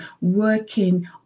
working